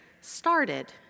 started